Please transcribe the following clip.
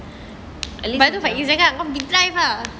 at least macam ah that's why